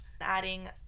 adding